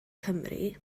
cymru